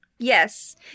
Yes